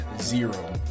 zero